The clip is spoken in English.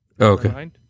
Okay